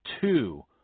two